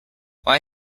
why